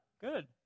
Good